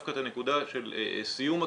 דווקא את הנקודה של סיום הקשר,